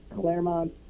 Claremont